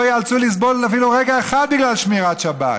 ייאלצו לסבול אפילו רגע אחד בגלל שמירת שבת,